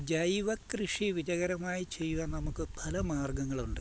ജൈവ കൃഷി വിജകരമായി ചെയ്യാൻ നമുക്ക് പല മാർഗ്ഗങ്ങളുണ്ട്